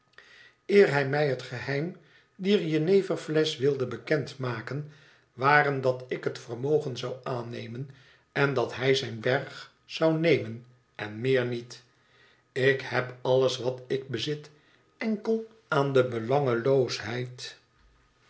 eer hij mij het geheim dier jeneverflesch wilde bekend maken waren dat ik het vermogen zou aannemen en dat hij zijn berg zou nemen en meer niet ik heb alles wat ik bezit enkel aan de